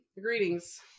Greetings